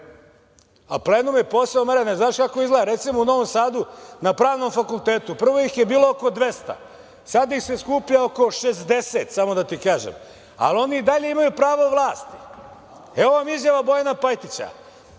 A, plenum je poslao Marjane znaš kako izgleda? Recimo u Novom Sadu na Pravnom fakultetu, prvo ih je bilo oko 200 sada ih se skuplja oko 60 samo da ti kažem, a oni i dalje imaju pravo vlasti.19/1 BN/IR 13.05 – 13.15Evo vam izjava Bojan Pajtića.